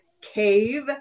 cave